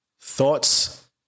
Thoughts